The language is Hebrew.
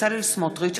בצלאל סמוטריץ,